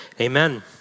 amen